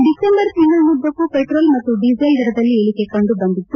December ತಿಂಗಳನ್ನುದ್ದಕ್ಕೂ petrol ಮತ್ತು diesel ದರದಲ್ಲಿ ಇಳಿಕೆ ಕಂಡು ಬಂದಿತ್ತು